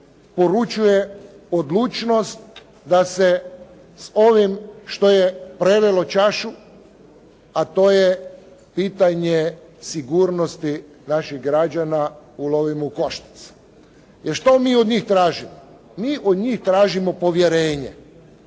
poručuje odlučnost da se s ovim što je prelilo čašu a to je pitanje sigurnosti naših građana ulovimo u koštac. Jer što mi od njih tražimo? Mi od njih tražimo povjerenje.